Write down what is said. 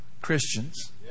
Christians